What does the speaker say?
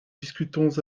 discutons